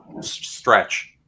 stretch